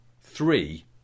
three